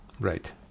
Right